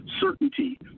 certainty